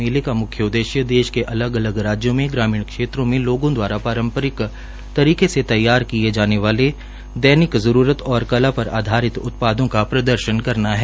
मेले का म्ख्य उद्देश्य देश के अलग अलग राज्यो में ग्रामीण क्षेत्रों में लोगों द्वारा पारंपरिक तरीके से तैयार किये जाने वाले दैनिक जरूरत और कला पर आधारित उत्पादों का प्रदर्शन करना है